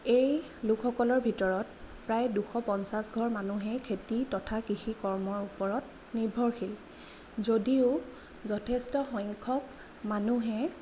এই লোকসকলৰ ভিতৰত প্ৰায় দুশ পঞ্চাছ ঘৰ মানুহেই খেতি তথা কৃষি কৰ্মৰ ওপৰত নিৰ্ভৰশীল যদিও যথেষ্ট সংখ্যক মানুহে